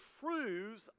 truths